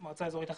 מועצה אזורית אחת,